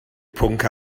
pwnc